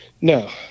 No